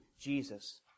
Jesus